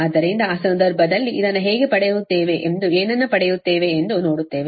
ಆದ್ದರಿಂದ ಆ ಸಂದರ್ಭದಲ್ಲಿ ಇದನ್ನು ಹೇಗೆ ಪಡೆಯುತ್ತೇವೆ ಎಂದು ಏನನ್ನು ಪಡೆಯುತ್ತೇವೆ ಎಂದು ನೋಡುತ್ತೇವೆ